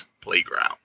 playground